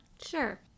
Sure